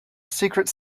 secret